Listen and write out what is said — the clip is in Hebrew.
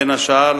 בין השאר,